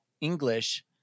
English